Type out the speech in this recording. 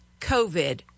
COVID